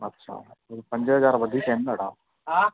अच्छा पंज हज़ार वधीक आहिनि न हा